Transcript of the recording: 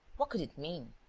what could it mean?